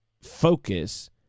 focus